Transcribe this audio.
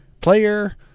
player